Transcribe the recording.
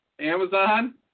Amazon